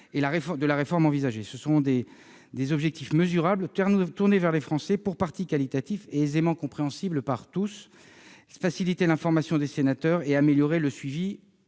de la réforme envisagée. Ce sont des objectifs mesurables, tournés vers les Français, pour partie qualitatifs et aisément compréhensibles par tous : faciliter l'information des sénateurs et améliorer le suivi